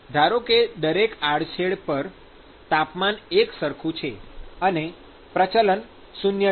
ધારો કે દરેક આડછેદ પર તાપમાન એકસરખું છે અને પ્રચલન શૂન્ય છે